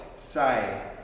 say